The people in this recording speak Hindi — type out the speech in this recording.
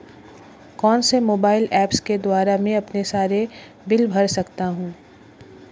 कौनसे मोबाइल ऐप्स के द्वारा मैं अपने सारे बिल भर सकता हूं?